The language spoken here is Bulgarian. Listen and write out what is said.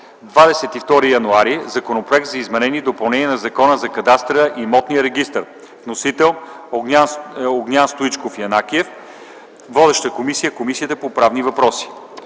22 януари 2010 г. - Законопроект за изменение и допълнение на Закона за кадастъра и имотния регистър. Вносител – Огнян Стоичков Янакиев. Водеща е Комисията по правни въпроси.